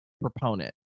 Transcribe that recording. proponent